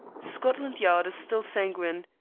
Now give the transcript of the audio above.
scotland yard is still sanguine.